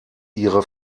ihre